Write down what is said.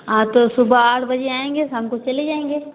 हाँ तो सुबह आठ बजे आएँगे शाम को चले जाएँगे